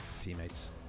teammates